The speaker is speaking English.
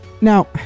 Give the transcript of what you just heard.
Now